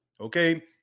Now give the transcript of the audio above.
Okay